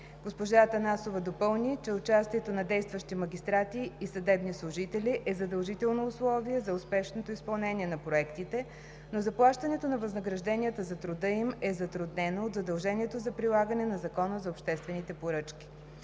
Госпожа Атанасова допълни, че участието на действащи магистрати и съдебни служители е задължително условие за успешното изпълнение на проектите, но заплащането на възнагражденията за труда им е затруднено от задължението за прилагане на Закона за обществените поръчки.